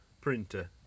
printer